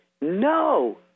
no